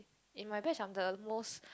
in my batch I'm the most